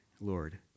Lord